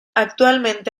actualmente